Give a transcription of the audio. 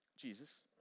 Jesus